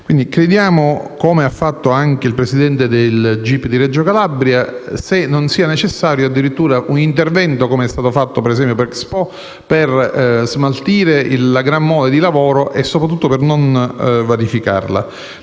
Chiediamo - come ha fatto anche il presidente della sezione gip di Reggio Calabria - se non sia necessario addirittura un intervento, com'è stato fatto per esempio per Expo, per smaltire la gran mole di lavoro e soprattutto per non vanificarla.